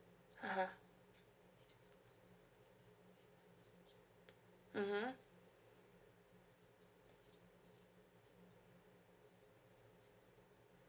uh !huh! mmhmm